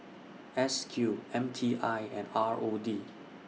S Q M T I and R O D